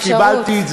אפשרות.